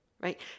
right